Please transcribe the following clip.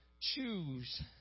Choose